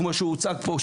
כמו שהוצג פה,